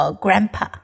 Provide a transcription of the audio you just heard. Grandpa